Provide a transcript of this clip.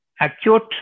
acute